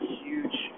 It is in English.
huge